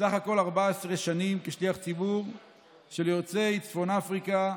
בסך הכול 14 שנים כשליח ציבור של יוצאי צפון אפריקה.